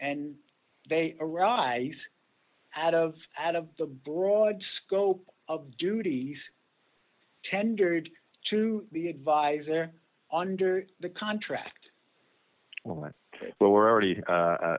and they arise out of out of the broad scope of duties tendered to the advisor under the contract where already